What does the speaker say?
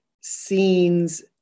scenes